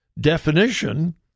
definition